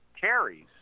carries